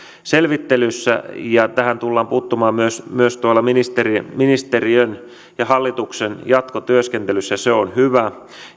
selvittelyssä ja tähän tullaan puuttumaan myös myös ministeriön ja hallituksen jatkotyöskentelyssä ja se on hyvä